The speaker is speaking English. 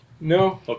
No